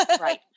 Right